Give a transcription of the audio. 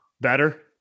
better